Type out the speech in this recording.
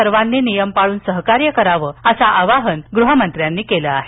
सर्वांनी नियम पाळून सहकार्य करावे असे आवाहन गृहमंत्र्यांनी केलं आहे